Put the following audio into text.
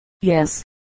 Yes